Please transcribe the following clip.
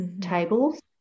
tables